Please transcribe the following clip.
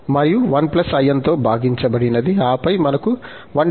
మరియు 1 in తో భాగించబడినది ఆపై మనక అంటే 1 in